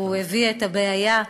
הוא הביא את הבעיה,